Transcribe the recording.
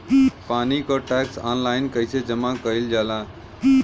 पानी क tax online कईसे जमा कईल जाला?